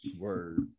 Word